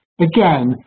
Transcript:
again